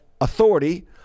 authority